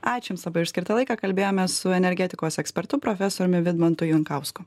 ačiū jums labai už skirtą laiką kalbėjomės su energetikos ekspertu profesoriumi vidmantu jankausku